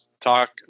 talk